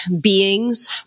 beings